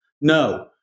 No